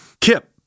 Kip